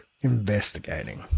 investigating